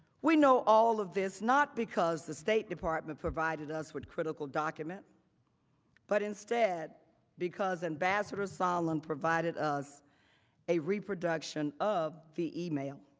we know all of this not because the state department provided us with critical documents but instead because ambassador sondland provided us of reproduction of the email.